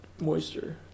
moisture